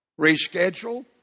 reschedule